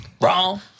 Wrong